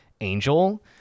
Angel